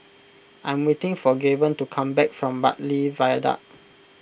I am waiting for Gaven to come back from Bartley Viaduct